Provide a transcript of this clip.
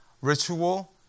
ritual